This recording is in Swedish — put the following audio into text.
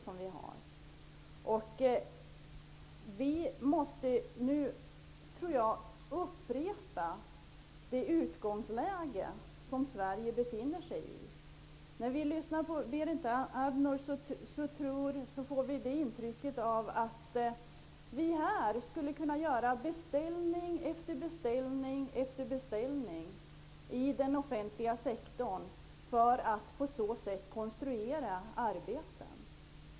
Jag tror att vi måste upprepa vilket utgångsläge som Sverige befinner sig i. När jag lyssnar på Berit Andnor får jag det intrycket att hon menar att vi skulle kunna göra beställning efter beställning i den offentliga sektorn för att på så sätt konstruera arbeten.